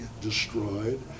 destroyed